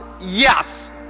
Yes